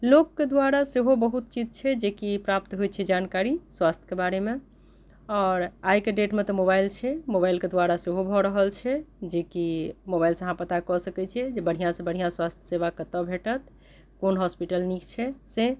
लोककेँ द्वारा सेहो बहुत चीज छै जेकि प्राप्त होइत छै जानकारी स्वास्थ्यके बारेमे आओर आइके डेटमे तऽ मोबाइल छै मोबाइलके द्वारा सेहो भऽ रहल छै जेकि मोबाइलसँ अहाँ पता कऽ सकैत छियै कि बढ़िआँ से बढ़िआँ स्वास्थ्य सेवा कतहुँ भेटत कओन हॉस्पिटल नीक छै से